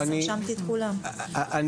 אני אומר עוד פעם,